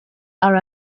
are